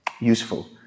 useful